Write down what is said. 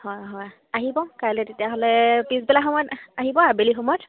হয় হয় আহিব কাইলে তেতিয়াহ'লে পিছবেলা সময়ত আহিব আবেলি সময়ত